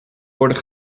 worden